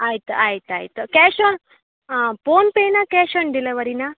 ಆಯ್ತು ಆಯ್ತು ಆಯಿತು ಕ್ಯಾಶು ಪೋನ್ಪೇಯಾ ಕ್ಯಾಶ್ ಆನ್ ಡೆಲವರಿಯಾ